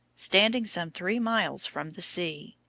standing some three miles from the sea.